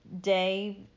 day